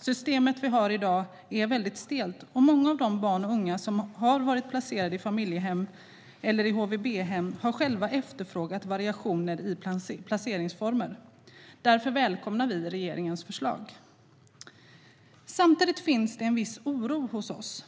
Systemet som finns i dag är stelt, och många av de barn och unga som har varit placerade i familjehem eller i HVB-hem har själva efterfrågat variationer i placeringsformer. Därför välkomnar vi regeringens förslag. Samtidigt finns det en viss oro hos oss.